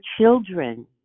children